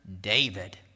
David